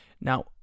now